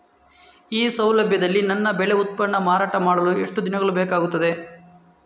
ಈ ಸೌಲಭ್ಯದಲ್ಲಿ ನನ್ನ ಬೆಳೆ ಉತ್ಪನ್ನ ಮಾರಾಟ ಮಾಡಲು ಎಷ್ಟು ದಿನಗಳು ಬೇಕಾಗುತ್ತದೆ?